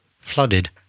flooded